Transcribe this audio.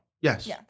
Yes